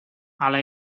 hala